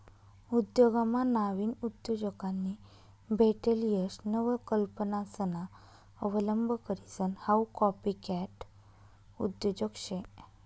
उद्योगमा नाविन उद्योजकांनी भेटेल यश नवकल्पनासना अवलंब करीसन हाऊ कॉपीकॅट उद्योजक शे